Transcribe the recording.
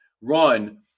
run